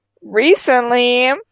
Recently